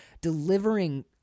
Delivering